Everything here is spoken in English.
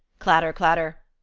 clatter, clatter!